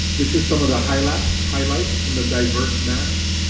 this is some of the highlights highlights from the diverse mass,